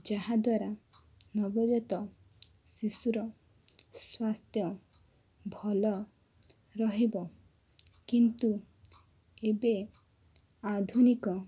ଯାହାଦ୍ୱାରା ନବଜାତ ଶିଶୁର ସ୍ୱାସ୍ଥ୍ୟ ଭଲ ରହିବ କିନ୍ତୁ ଏବେ ଆଧୁନିକ